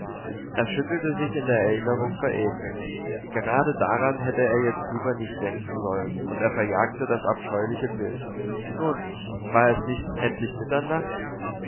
er schüttelte sich in der erinnerung vor ekel gerade daran hätte er jetzt lieber nicht denken sollen und er verjagte das abscheuliche bild nun war es nicht endlich mitternacht